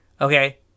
Okay